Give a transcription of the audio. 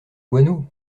guano